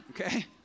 Okay